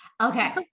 okay